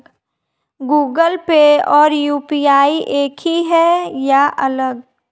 Google Pay और UPI एक ही है या अलग?